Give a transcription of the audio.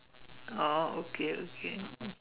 oh okay okay